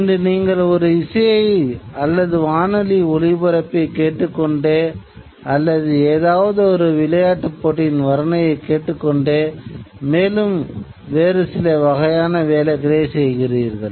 இன்று நீங்கள் ஒரு இசையை அல்லது வானொலி ஒலிப்பரப்பைக் கேட்டுக்கொண்டே அல்லது ஒரு எதாவதொரு விளையாட்டுப் போட்டியின் வர்ணனையை கேட்டுக்கொண்டே மேலும் வேறு சில வகையான வேலைகளைச் செய்கிறீர்கள்